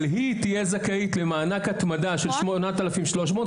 אבל היא תהיה זכאית למענק התמדה של 8,300 ,